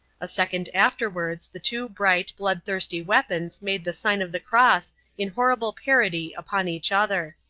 a second afterwards the two bright, blood-thirsty weapons made the sign of the cross in horrible parody upon each other.